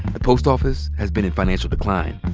the post office has been in financial decline.